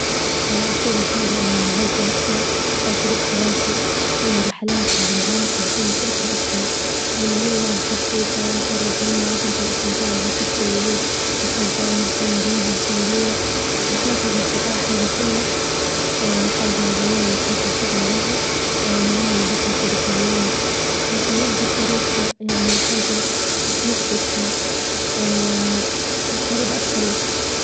أكيد نفظل إني نعدي رحلة مع شريك حياتي، لأن الرحلات إللي معاه تعطيني فرصة أكثر إنني أنا نعرف شخصيته نتجرب منها فرصة للاستمتاع مع الشخص إللي أني نحبه ونهتم به ويهتم بيه، الرحلات مع الأصدجاء حاجة حلوة وحاجة جميلة ما نجدروش نستغنوا عنها ومليانة ظحك وذكريات، لكن يبجى الشريك يعني حاجة اتمسك، و وجريبة أكثر لك.